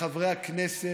לחברי הכנסת,